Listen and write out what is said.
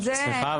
סליחה,